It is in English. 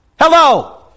Hello